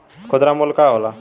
खुदरा मूल्य का होला?